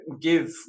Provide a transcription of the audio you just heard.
give